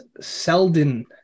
Selden